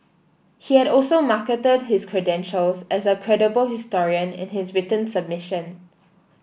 he had also marketed his credentials as a credible historian in his submission